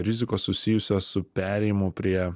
rizikos susijusios su perėjimu prie